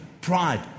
Pride